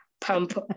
pump